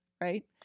right